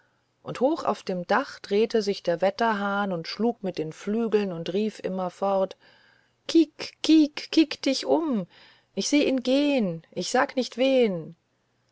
und hoch auf dem dache drehte sich der wetterhahn und schlug mit den flügeln und rief immerfort kick kick dich um ich seh ihn gehn ich sag nicht wen